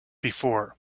before